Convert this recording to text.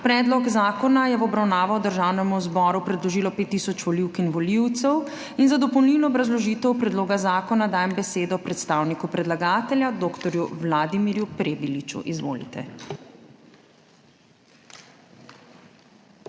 Predlog zakona je v obravnavo Državnemu zboru predložilo 5 tisoč volivk in volivcev. Za dopolnilno obrazložitev predloga zakona dajem besedo predstavniku predlagatelja, dr. Vladimirju Prebiliču. Izvolite.